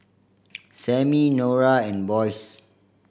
Sammie Norah and Boyce